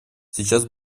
сейчас